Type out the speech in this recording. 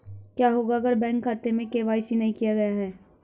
क्या होगा अगर बैंक खाते में के.वाई.सी नहीं किया गया है?